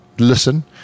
listen